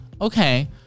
Okay